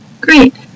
Great